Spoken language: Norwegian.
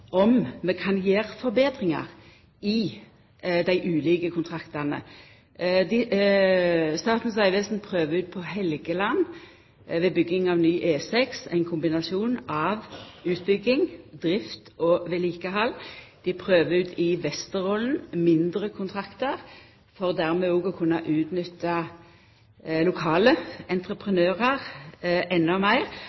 om vi kan gjera forbetringar i dei ulike kontraktane. Statens vegvesen prøver ut, ved bygging av ny E6 på Helgeland, ein kombinasjon av utbygging, drift og vedlikehald. Dei prøver ut mindre kontraktar i Vesterålen, for dermed å kunna utnytta lokale